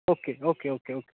okay okay okay okay okay